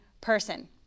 person